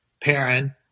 parent